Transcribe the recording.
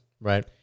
right